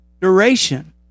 duration